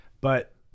but-